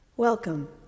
Welcome